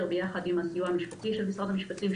ביחד עם הסיוע המשפטי של משרד המשפטים,